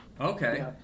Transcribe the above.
Okay